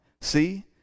see